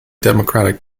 democratic